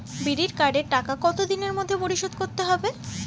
বিড়ির কার্ডের টাকা কত দিনের মধ্যে পরিশোধ করতে হবে?